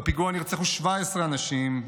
בפיגוע נרצחו 17 אנשים,